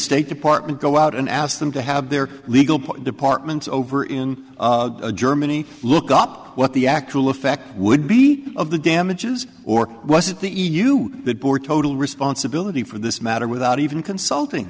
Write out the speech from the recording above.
state department go out and ask them to have their legal department over in germany look up what the actual effect would be of the damages or was it the e u that bore total responsibility for this matter without even consulting